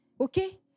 Okay